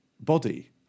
body